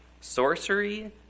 sorcery